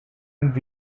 and